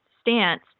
stance